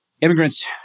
immigrants